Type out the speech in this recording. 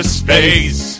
space